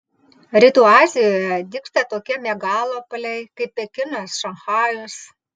rytų azijoje dygsta tokie megalopoliai kaip pekinas šanchajus